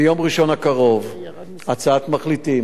ביום ראשון הקרוב, הצעת מחליטים.